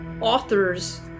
authors